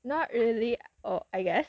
not really or I guess